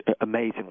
amazingly